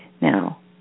Now